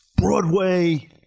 Broadway